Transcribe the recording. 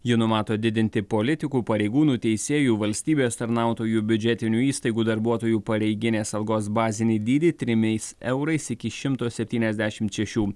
ji numato didinti politikų pareigūnų teisėjų valstybės tarnautojų biudžetinių įstaigų darbuotojų pareiginės algos bazinį dydį trimeis eurais iki šimto septyniasešimt šešių